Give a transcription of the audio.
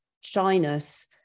shyness